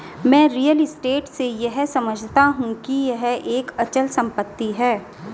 मैं real estate से यह समझता हूं कि यह एक अचल संपत्ति है